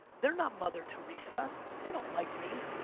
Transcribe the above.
they're not mother teresa, they don't like me.